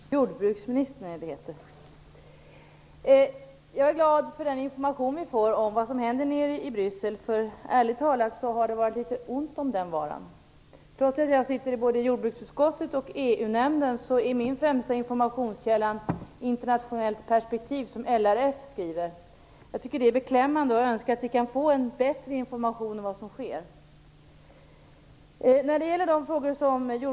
Fru talman! Jordbruksministern! Jag är glad för den information vi får om vad som händer nere i Bryssel, för ärligt talat har det varit litet ont om den varan. Trots att jag sitter i både jordbruksutskottet och EU-nämnden är min främsta informationskälla Internationellt perspektiv, som LRF skriver. Jag tycker att det är beklämmande, och jag önskar att vi kunde få en bättre information om vad som sker. Jordbruksministern tar upp vissa frågor.